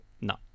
no